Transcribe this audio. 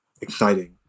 exciting